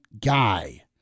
guy